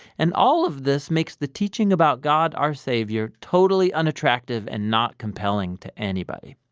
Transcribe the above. and all of this makes the teaching about god our savior totally unattractive and not compelling to anybody.